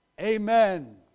Amen